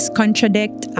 contradict